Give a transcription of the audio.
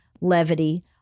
levity